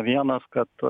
vienas kad